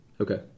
Okay